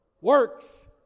works